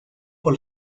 por